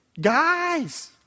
Guys